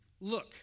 Look